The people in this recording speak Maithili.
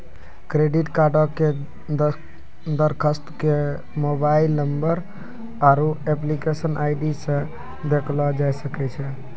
क्रेडिट कार्डो के दरखास्त के मोबाइल नंबर आरु एप्लीकेशन आई.डी से देखलो जाय सकै छै